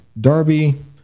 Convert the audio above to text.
Darby